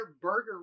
burger